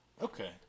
Okay